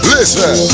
Listen